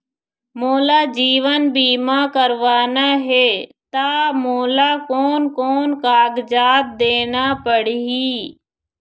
मोला जीवन बीमा करवाना हे ता मोला कोन कोन कागजात देना पड़ही?